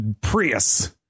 Prius